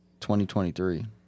2023